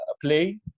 play